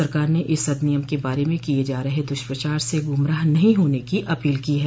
सरकार ने इस अधिनियम के बारे में किये जा रहे दुष्प्रचार से गुमराह नहीं होने की अपील की है